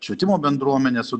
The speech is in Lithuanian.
švietimo bendruomene su